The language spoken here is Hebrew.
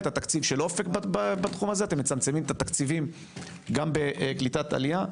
את התקציב של אופק בתחום הזה ומצמצמים את התקציבים בלקיטת עלייה.